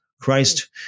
Christ